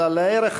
אלא לערך המוסף,